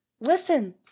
listen